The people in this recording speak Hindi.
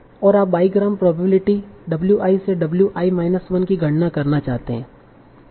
और आप बाईग्राम प्रोबेबिलिटी w i से w i माइनस 1 की गणना करना चाहते हैं